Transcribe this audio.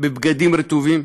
בבגדים רטובים,